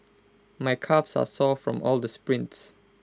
my calves are sore from all the sprints